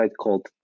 called